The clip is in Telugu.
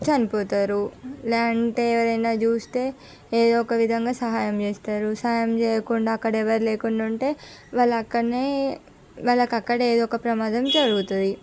చనిపోతారు లేదంటే ఎవరినైనా చూస్తే ఏదో ఒక విధంగా సహాయం చేస్తారు సహాయం చేయకుండా అక్కడ ఎవరు లేకుండా ఉంటే వాళ్ళు అక్కడనే వాళ్ళు అక్కడే ఏదో ఒక ప్రమాదం జరుగుతుంది